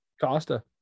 Costa